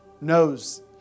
knows